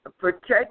protect